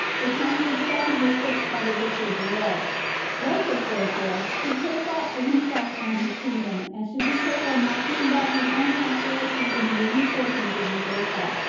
the time for the second was fixed by the victor's will bocchus, therefore, should take thought for him self and his kingdom, and should be careful not to involve his own prosperity in the ruined fortunes of jugurtha.